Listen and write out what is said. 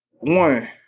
One